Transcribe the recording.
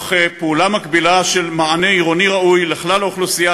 תוך פעולה מקבילה של מענה עירוני ראוי לכלל האוכלוסייה,